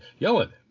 Yellen